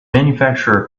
manufacturer